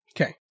Okay